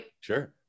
Sure